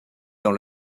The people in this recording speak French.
dans